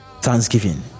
thanksgiving